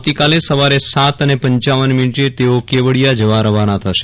આવતીકાલે સવારે સાત અને પંચાવન મીનીટે તેઓ કેવડીયા જવા રવાના થશે